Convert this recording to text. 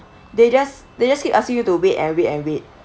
they just they just keep asking you to wait and wait and wait